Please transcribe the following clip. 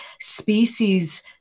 species